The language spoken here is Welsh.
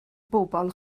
bobl